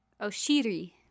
oshiri